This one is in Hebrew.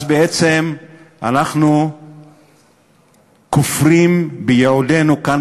אז בעצם אנחנו כופרים בייעודנו כאן,